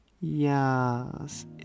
Yes